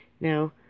Now